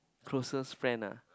closest friends ah